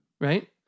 right